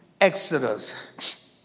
Exodus